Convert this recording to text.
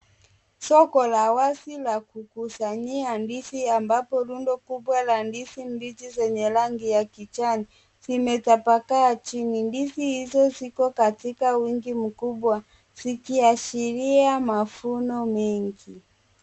Soko la wazi la kukusanyia ndizi ambapo rundo kubwa la ndizi mbichi zenye rangi ya kijani zimetapakaa chini. Ndizi hizo ziko katika wingi mkubwa, zikiashiria mavuno mengi.